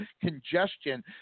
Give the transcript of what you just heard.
congestion